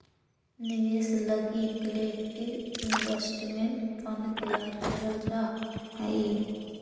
निवेश लगी collective investment fund तैयार करल जा हई